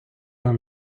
вам